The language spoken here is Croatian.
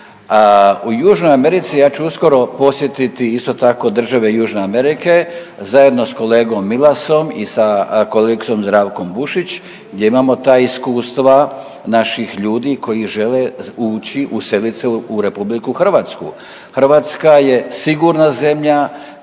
U Južnoj Americi, ja ću uskoro posjetiti isto tako države Južne Amerike zajedno s kolegom Milasom i sa kolegicom Zdravkom Bušić gdje imamo ta iskustava naših ljudi koji žele ući i uselit se u RH. Hrvatska je sigurna zemlja,